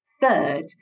Third